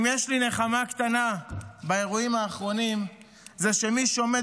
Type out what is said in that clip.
אם יש לי נחמה קטנה באירועים האחרונים זה שמי שעומד